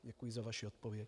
Děkuji za vaši odpověď.